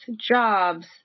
jobs